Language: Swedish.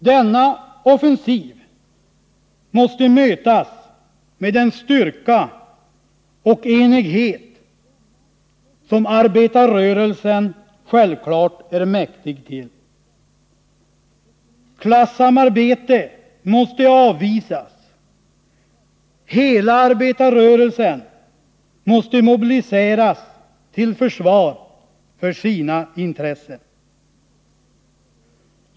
Denna offensiv måste mötas med den styrka och enighet som arbetarrörelsen självklart är mäktig. Klassamarbete måste avvisas. Hela arbetarrörelsen måste mobiliseras till försvar för sina intressen.